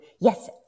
yes